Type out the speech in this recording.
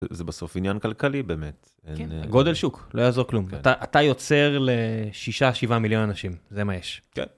זה בסוף עניין כלכלי, באמת. גודל שוק, לא יעזור כלום. אתה יוצר ל-6-7 מיליון אנשים, זה מה יש. כן.